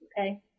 Okay